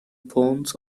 bones